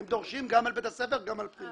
הם דורשים גם על בית הספר וגם על פנימייה.